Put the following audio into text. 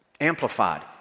amplified